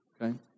Okay